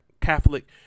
Catholic